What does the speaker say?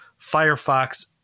Firefox